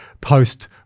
post